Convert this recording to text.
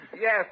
Yes